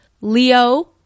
Leo